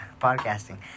podcasting